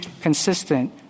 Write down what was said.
consistent